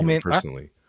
personally